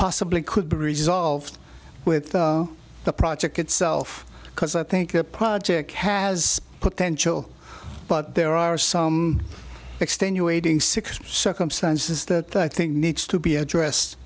possibly could be resolved with the project itself because i think the project has potential but there are some extenuating six circumstances that that i think needs to be addressed